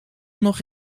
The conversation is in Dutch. nog